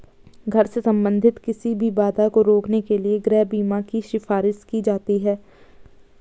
घर से संबंधित किसी भी बाधा को रोकने के लिए गृह बीमा की सिफारिश की जाती हैं